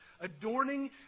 adorning